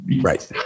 right